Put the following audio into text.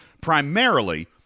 primarily